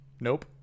Nope